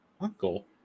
Uncle